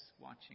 watching